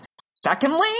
Secondly